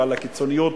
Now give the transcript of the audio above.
ועל הקיצוניות